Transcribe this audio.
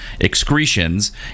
excretions